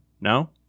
no